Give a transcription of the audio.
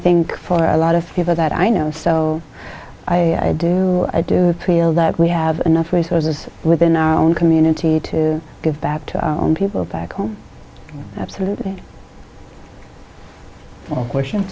think for a lot of people that i know so i do i do know that we have enough resources within our own community to give back to people back home absolutely question